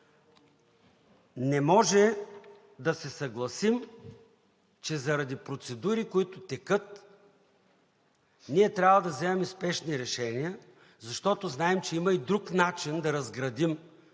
Не може да се съгласим, че заради процедури, които текат, ние трябва да вземаме спешни решения, защото знаем, че има и друг начин да разградим